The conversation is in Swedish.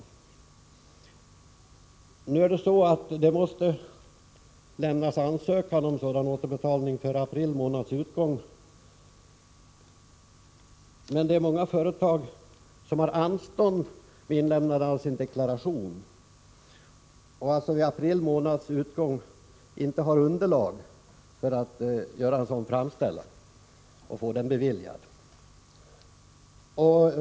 Ansökan om sådan återbetalning måste lämnas före april månads utgång, men många företag har anstånd med inlämnandet av sin deklaration och har alltså vid april månads utgång inte underlag för att göra en sådan framställning och få den beviljad.